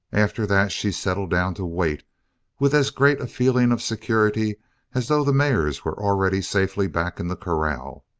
after that she settled down to wait with as great a feeling of security as though the mares were already safely back in the corral.